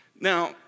Now